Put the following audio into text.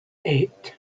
eight